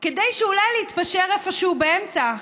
אולי כדי להתפשר איפשהו באמצע,